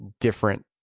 different